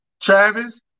Travis